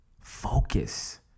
focus